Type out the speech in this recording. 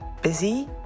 busy